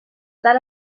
tal